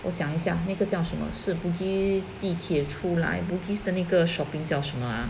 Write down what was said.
我想一下那个叫什么是 bugis 地铁出来 bugis 的那个 shopping 叫什么 ah